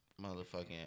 motherfucking